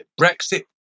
Brexit